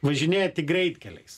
važinėja tik greitkeliais